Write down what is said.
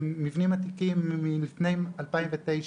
הם מבנים עתיקים, מלפני אלפיים ותשע,